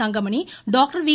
Thangamani doctor வீ